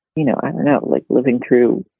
you know, i'm and out like living through,